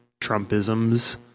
Trumpisms